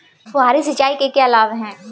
फुहारी सिंचाई के क्या लाभ हैं?